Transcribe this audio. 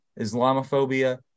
Islamophobia